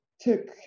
took